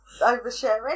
oversharing